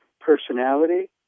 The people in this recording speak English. personality